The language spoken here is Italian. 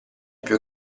più